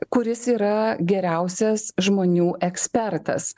kuris yra geriausias žmonių ekspertas